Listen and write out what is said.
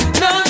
no